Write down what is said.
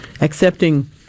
accepting